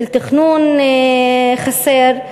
של תכנון חסר,